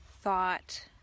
thought